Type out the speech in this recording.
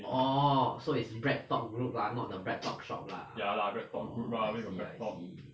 oh so it's breadtalk group lah not the breadtalk shop lah oh I see I see